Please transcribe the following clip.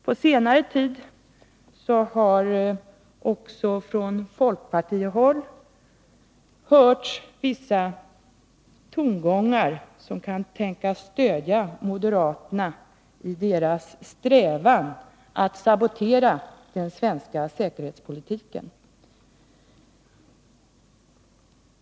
På senare tid har också från folkpartihåll hörts vissa tongångar Måndagen den som kan tänkas stödja moderaterna i deras strävan att sabotera den svenska 22 november 1982 säkerhetspolitiken.